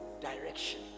direction